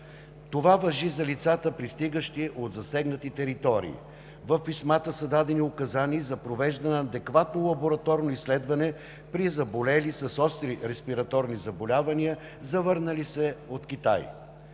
Това важи за лицата, пристигащи от засегнати територии. В писмата са дадени указания за провеждане на адекватно лабораторно изследване при заболели с остри респираторни заболявания, завърнали се от Китай.